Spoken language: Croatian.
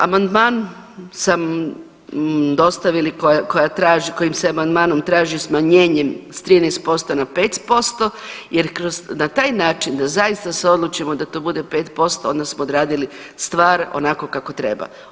Amandman sam dostavili, koja, koja traži, kojim se amandmanom traži smanjenjem s 13% na 5% jer kroz, na taj način da zaista se odlučimo da to bude 5% onda smo odradili stvar onako kako treba.